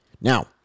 Now